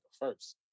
first